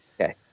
Okay